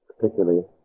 particularly